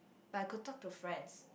but I could talk to friends